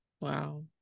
Wow